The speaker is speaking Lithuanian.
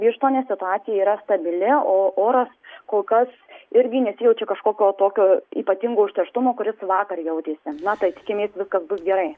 birštone situacija yra stabili o oras kol kas irgi nesijaučia kažkokio tokio ypatingo užterštumo kuris vakar jautėsi na tai tikimės viskas bus gerai